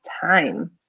time